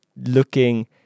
looking